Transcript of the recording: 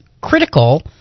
critical